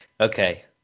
okay